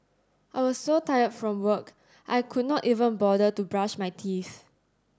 I was so tired from work I could not even bother to brush my teeth